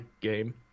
game